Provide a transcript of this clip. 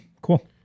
Cool